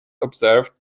observed